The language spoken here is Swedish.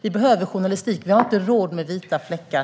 Vi behöver journalistiken. Vi har inte råd med vita fläckar.